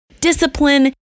Discipline